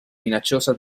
minacciosa